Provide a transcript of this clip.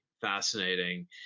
fascinating